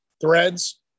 threads